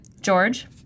George